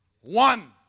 One